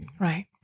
Right